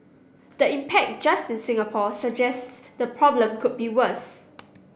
the impact just in Singapore suggests the problem could be worse